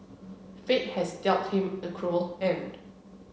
fate has dealt him a cruel hand